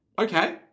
okay